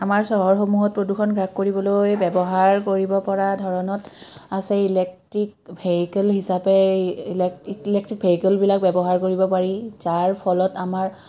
আমাৰ চহৰসমূহত প্ৰদূষণ হ্ৰাস কৰিবলৈ ব্যৱহাৰ কৰিব পৰা ধৰণত আছে ইলেক্ট্ৰিক ভেহিকেল হিচাপে ইলে ইলেকট্ৰিক ভেহিকেলবিলাক ব্যৱহাৰ কৰিব পাৰি যাৰ ফলত আমাৰ